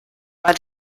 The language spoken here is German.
war